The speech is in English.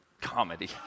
Comedy